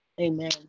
Amen